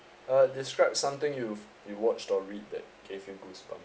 uh describe something you've you've watched or read that gave you goosebumps